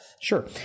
Sure